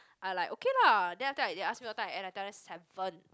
I like okay lah then after that they ask me what time I end I tell them seven